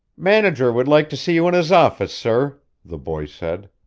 manager would like to see you in his office, sir, the boy said.